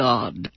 God